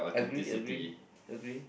agree agree agree